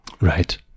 Right